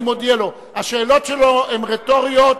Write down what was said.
אני מודיע לו: השאלות שלו הן רטוריות,